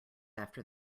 after